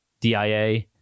DIA